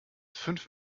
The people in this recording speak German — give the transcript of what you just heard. fünf